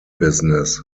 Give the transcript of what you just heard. business